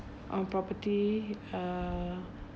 on property uh